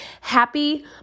happy